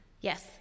Yes